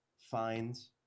Fines